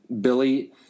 Billy